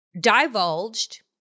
divulged